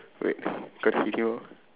wait got video